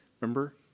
Remember